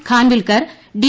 Khanwilkar D